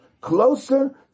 closer